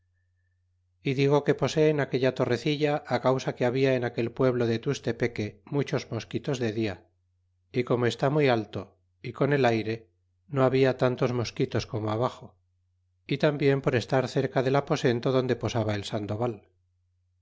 y digo que posé en aquella torrecilla causa que habia en aquel pueblo de tustepeque muchos mosquitos de dia e como está muy alto é con el ayre no habita tantos mosquitos como abaxo y tambien por estar cerca del aposento donde posaba el sandoval